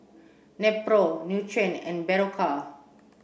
Nepro Nutren and Berocca